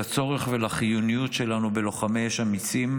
לצורך ולחיוניות שלנו בלוחמי אש אמיצים,